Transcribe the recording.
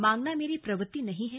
मांगना मेरी प्रवृति नहीं है